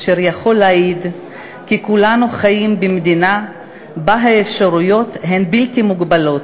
אשר יכול להעיד כי כולנו חיים במדינה שבה האפשרויות הן בלתי מוגבלות,